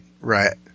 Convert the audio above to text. right